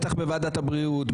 בטח בוועדת הבריאות,